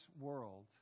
world